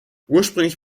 ursprünglich